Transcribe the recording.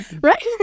Right